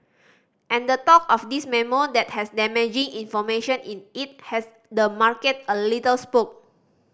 and the talk of this memo that has damaging information in it has the market a little spooked